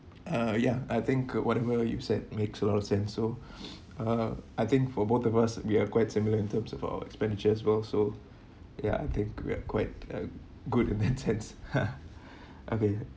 uh ya I think whatever you said makes a lot of sense so uh I think for both of us we are quite similar in terms of our expenditures world so ya I think we are quite a good in that sense okay